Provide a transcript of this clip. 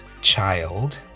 child